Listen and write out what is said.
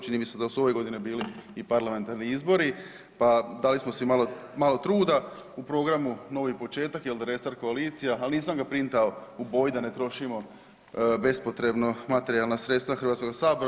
Čini mi se da su ove godine bili i parlamentarni izbori, pa dali smo si malo truda u programu novi početak Restart koalicija ali nisam ga printao u boji da ne trošimo bespotrebno materijalna sredstva Hrvatskoga sabora.